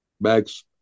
bags